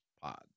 pod